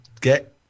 get